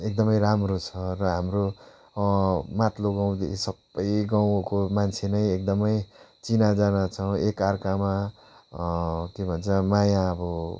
एकदमै राम्रो छ र हाम्रो माथ्लो गाउँदेखि सबै गाउँको मान्छे नै एकदमै चिनाजाना छ एकाअर्कामा के भन्छ माया अब